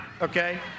Okay